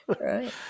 Right